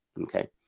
okay